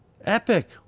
epic